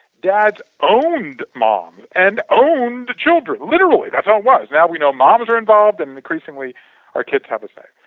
dads owned mom and owned the children, literally that's how it was. now, we know moms are involved and increasingly our kids have a say.